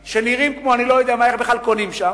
שנראים כמו אני לא יודע מה, איך בכלל קונים שם,